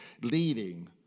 leading